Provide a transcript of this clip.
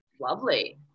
lovely